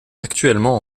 actuellement